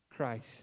Christ